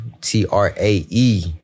T-R-A-E